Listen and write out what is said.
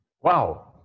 Wow